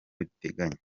riteganya